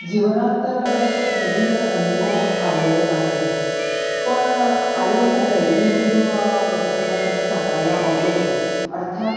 जीवनात तर असे विविध अनुभव आलेले आहेत पण आलेल्या एका दैवी अनुभवाबद्दल मला तुला सांगायला आवडेल अर्थात